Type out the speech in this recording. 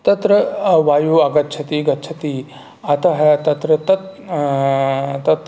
तत्र वायुः आगच्छति गच्छति अतः तत्र तत् तत्र